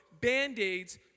Band-Aids